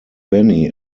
benny